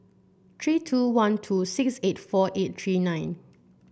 three two one two six eight four eight three nine